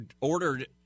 ordered